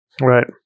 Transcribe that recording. Right